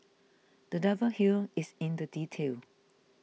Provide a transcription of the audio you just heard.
the devil here is in the detail